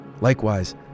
Likewise